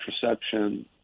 contraception